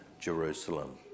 Jerusalem